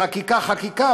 חקיקה חקיקה,